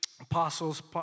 apostles